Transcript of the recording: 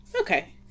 Okay